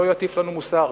לא יטיף לנו מוסר.